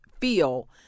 feel